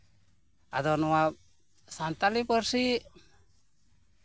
ᱟᱫᱚ ᱱᱚᱣᱟ ᱥᱟᱱᱛᱟᱲᱤ ᱯᱟᱹᱨᱥᱤ